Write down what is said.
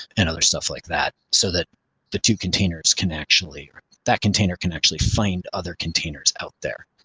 and other stuff like that so that the two containers can actually that container can actually find other containers out there.